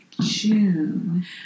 June